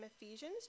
Ephesians